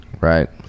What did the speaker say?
Right